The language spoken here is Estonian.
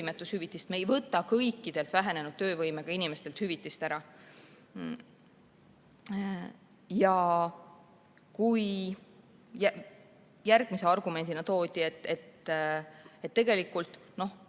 me ei võta kõikidelt vähenenud töövõimega inimestelt hüvitist ära. Järgmise argumendina toodi, et tegelikult on